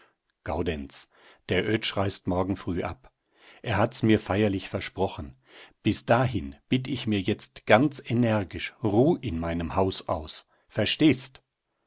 gaudenz der oetsch reist morgen früh ab er hat's mir feierlich versprochen bis dahin bitt ich mir jetzt ganz energisch ruh in meinem haus aus verstehst